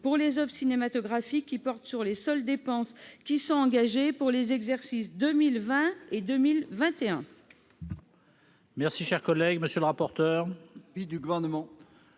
pour les oeuvres cinématographiques portant sur les seules dépenses engagées sur les exercices 2020 et 2021.